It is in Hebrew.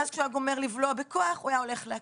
ואז כשהוא היה גומר לבלוע בכוח הוא היה הולך להקיא.